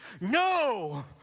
No